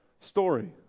story